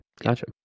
gotcha